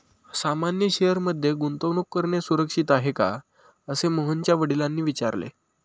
सामान्य शेअर मध्ये गुंतवणूक करणे सुरक्षित आहे का, असे मोहनच्या वडिलांनी विचारले